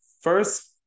first-